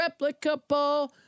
replicable